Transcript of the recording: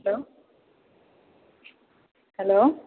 hello hello